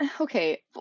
Okay